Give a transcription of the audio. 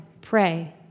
pray